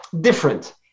different